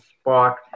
spark